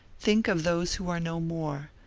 think of those who are no more,